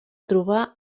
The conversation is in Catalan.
trobar